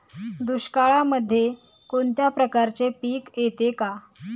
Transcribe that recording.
दुष्काळामध्ये कोणत्या प्रकारचे पीक येते का?